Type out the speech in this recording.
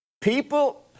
people